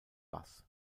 bass